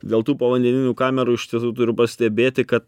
dėl tų povandeninių kamerų iš tiesų turiu pastebėti ka